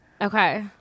Okay